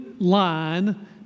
Line